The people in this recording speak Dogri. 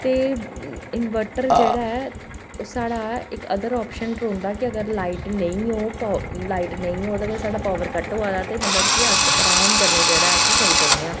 ते इनवर्टर जेह्ड़ा ऐ ओह् साढ़ा इक अदर आप्शन रौहंदा ऐ की अगर लाईट नेईं औग तां लाईट नेईं होग तां साढ़ा पावर कट होआ दा मतलब अस अराम कन्नै जेह्ड़ा उत्थें करी सकने आं